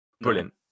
Brilliant